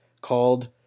called